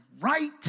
right